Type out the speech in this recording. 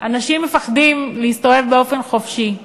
אנשים מפחדים להסתובב באופן חופשי,